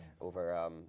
over